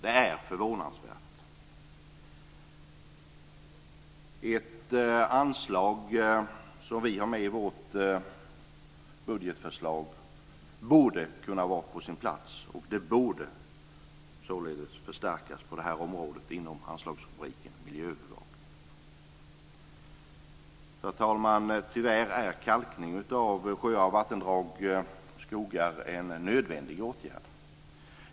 Ett anslag, som vi har med i vårt budetförslag, borde vara på sin plats. Anslaget borde således förstärkas på detta område inom anslagsrubriken Miljöövervakning. Herr talman! Tyvärr är kalkning av sjöar, vattendrag och skogar en nödvändig åtgärd.